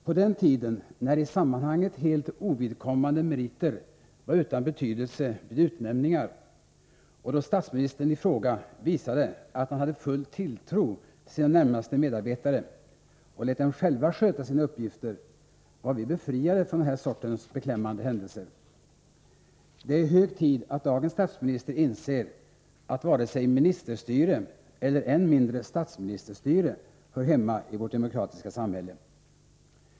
På den tiden när i sammanhanget helt ovidkommande meriter var utan betydelse vid utnämningar och då statsministern i fråga visade att han hade full tilltro till sina närmaste medarbetare och lät dem själva sköta sina uppgifter var vi befriade från den här sortens beklämmande händelser. Det är hög tid att dagens statsminister inser att ministerstyre och än mindre statsministerstyre hör hemma i vårt demokratiska samhälle.